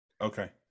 Okay